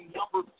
number